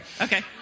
Okay